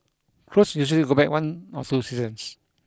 clothes usually go back one or two seasons